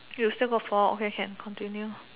you still got four okay can continue